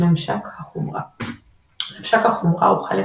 ממשק החומרה ממשק החומרה הוא החלק